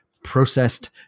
processed